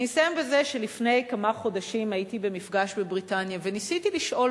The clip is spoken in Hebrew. אני אסיים בזה שלפני כמה חודשים הייתי במפגש בבריטניה וניסיתי לשאול